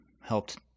helped